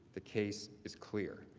the case is clear.